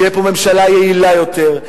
תהיה פה ממשלה יעילה יותר,